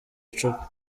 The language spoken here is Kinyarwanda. icupa